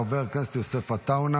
חבר הכנסת יוסף עטאונה,